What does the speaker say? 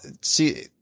see